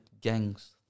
gangs